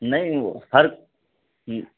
نہیں فرق